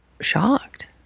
shocked